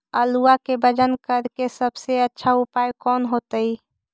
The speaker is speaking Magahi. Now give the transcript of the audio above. आलुआ के वजन करेके सबसे अच्छा उपाय कौन होतई?